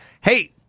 Hey